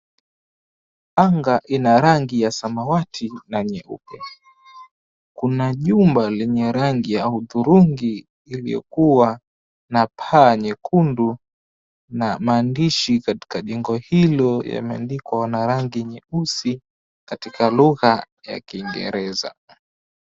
Anga ina rangi ya samawati na nyeupe. Kuna jumba lenye rangi hudhurungi iliyokuwa na paa nyekundu na maandishi katika jengo hilo yameandikwa na rangi nyeusi katika lugha ya kiingereza.